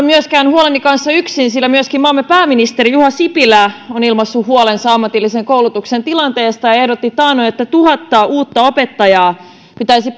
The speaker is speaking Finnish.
myöskään ole huoleni kanssa yksin sillä myöskin maamme pääministeri juha sipilä on ilmaissut huolensa ammatillisen koulutuksen tilanteesta ja ehdotti taannoin että tuhat uutta opettajaa pitäisi